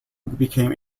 became